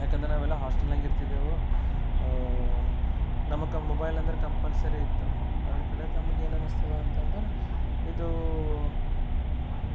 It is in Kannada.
ಯಾಕಂದ್ರೆ ನಾವೆಲ್ಲ ಹಾಸ್ಟೆಲ್ನಾಗ ಇರ್ತಿದ್ದೆವು ನಮ್ಗೆ ಮೊಬೈಲ್ ಅಂದ್ರೆ ಕಂಪಲ್ಸರಿ ಇತ್ತು ಅದ್ರ ಕಡೆ ನಮಗೆ ಏನನ್ನಿಸ್ತದ ಅಂತಂದರೆ ಇದು